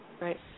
Right